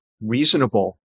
reasonable